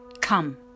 come